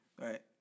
Right